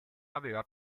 aveva